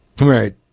right